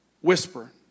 whisper